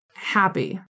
Happy